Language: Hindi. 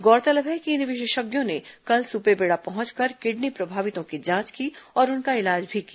गौरतलब है कि इन विशेषज्ञों ने कल सुपेबेड़ा पहुंचकर किडनी प्रभावितों की जांच की और उनका इलाज भी किया